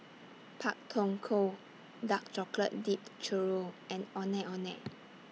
Pak Thong Ko Dark Chocolate Dipped Churro and Ondeh Ondeh